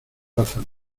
razas